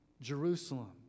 Jerusalem